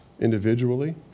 individually